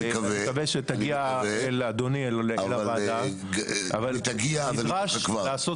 ואני מקווה שתגיע לאדוני לוועדה אבל נדרש לעשות